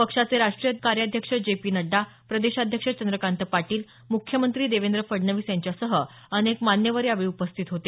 पक्षाचे राष्ट्रीय कार्याध्यक्ष जे पी नड्डा प्रदेशाध्यक्ष चंद्रकांत पाटील मुख्यमंत्री देवेंद्र फडणवीस यांच्यासह अनेक मान्यवर यावेळी उपस्थित होते